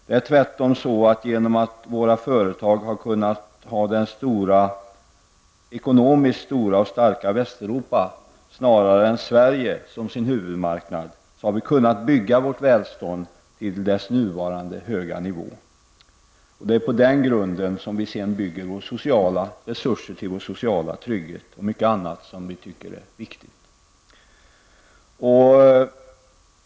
Det är tvärtom så att genom att våra företag har kunnat ha det ekonomiskt stora och starka Västeuropa snarare än Sverige som sin huvudmarknad, har vi kunnat bygga vårt välstånd till dess nuvarande höga nivå. Det är på den grunden som vi bygger våra resurser till vår sociala trygghet och mycket annat som vi tycker är viktigt.